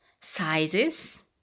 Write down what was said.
sizes